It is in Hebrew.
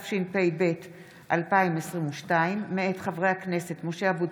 התשפ"ב 2022, מאת חברי הכנסת משה אבוטבול,